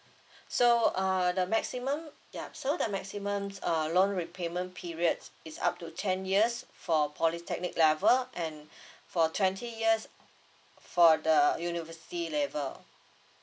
so uh the maximum ya so the maximum uh loan repayment period is up to ten years for polytechnic level and for twenty years for the university level